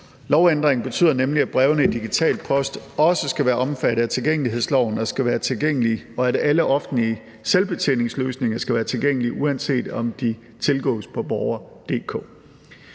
Lovændringen betyder nemlig, at brevene i den digitale postkasse også skal være omfattet af tilgængelighedsloven, så de er tilgængelige, og at alle offentlige selvbetjeningsløsninger skal være tilgængelige, uanset om de tilgås på borger.dk